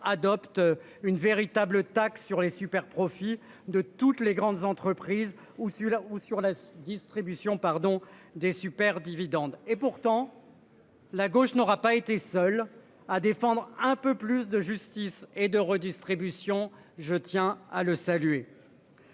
adoptent une véritable taxe sur les superprofits de toutes les grandes entreprises ou celui-là ou sur la distribution pardon des super dividende et pourtant.-- La gauche n'aura pas été seul à défendre un peu plus de justice et de redistribution. Je tiens à le saluer.--